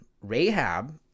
Rahab